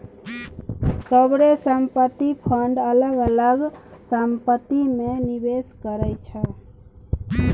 sovereign संपत्ति fund अलग अलग संपत्ति मे निबेस करै छै